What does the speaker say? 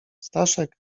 staszek